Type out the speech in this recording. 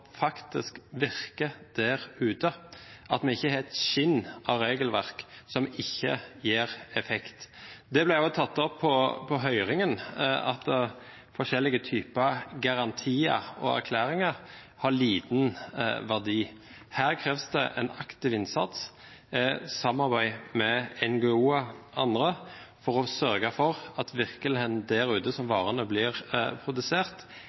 faktisk virker der ute, at vi ikke har et skinn av regelverk som ikke gir effekt. Det ble også tatt opp på høringen at forskjellige typer garantier og erklæringer har liten verdi. Her kreves det en aktiv innsats, samarbeid med NGO-er og andre, for å sørge for at virkeligheten der hvor varene blir produsert,